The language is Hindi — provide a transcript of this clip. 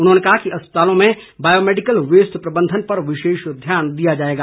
उन्होंने कहा कि अस्पतालों में बायोमैडिकल वेस्ट प्रबंधन पर विशेष ध्यान दिया जाएगा